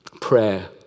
Prayer